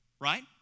right